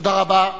תודה רבה.